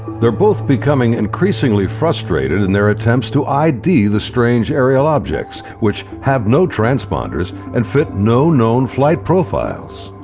they're both becoming increasingly frustrated in their attempts to id the strange aerial objects, which have no transponders, and fit no known flight profiles.